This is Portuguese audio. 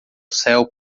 céu